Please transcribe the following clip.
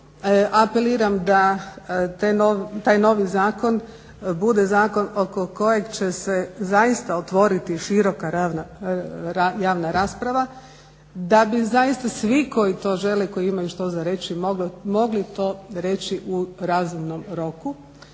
Apeliram da taj novi zakon bude zakon oko kojeg će se zaista otvoriti široka javna rasprava da bi zaista svi koji to žele i koji imaju što za reći mogli to reći u razumnom roku.